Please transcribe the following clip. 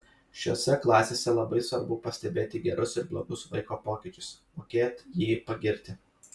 šiose klasėse labai svarbu pastebėti gerus ir blogus vaiko pokyčius mokėt jį pagirti